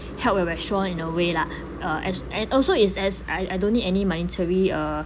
help your restaurant in a way lah uh as and also is as I I don't need any monetary uh